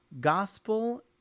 gospel